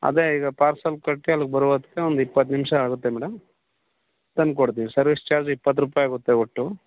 ಅದೇ ಈಗ ಪಾರ್ಸೆಲ್ ಕಟ್ಟಿ ಅಲ್ಲಿಗೆ ಬರೋ ಹೊತ್ಗೆ ಒಂದು ಇಪ್ಪತ್ತು ನಿಮಿಷ ಆಗುತ್ತೆ ಮೇಡಮ್ ತಂದುಕೊಡ್ತೀವಿ ಸರ್ವಿಸ್ ಚಾರ್ಜ್ ಇಪ್ಪತ್ತು ರೂಪಾಯಿ ಆಗುತ್ತೆ ಒಟ್ಟು